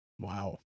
Wow